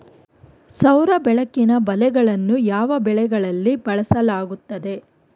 ಸೌರ ಬೆಳಕಿನ ಬಲೆಗಳನ್ನು ಯಾವ ಬೆಳೆಗಳಲ್ಲಿ ಬಳಸಲಾಗುತ್ತದೆ?